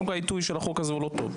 קודם כל העיתוי של החוק הזה הוא לא טוב,